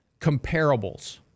comparables